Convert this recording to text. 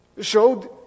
showed